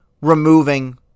removing